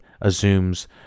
assumes